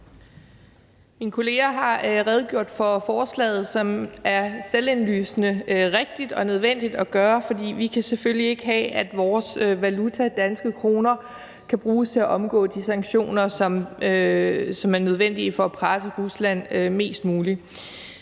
Mine kolleger har redegjort for forslaget, som er selvindlysende rigtigt og nødvendigt, for vi kan selvfølgelig ikke have, at vores valuta – danske kroner – kan bruges til at omgå de sanktioner, som er nødvendige for at presse Rusland mest muligt.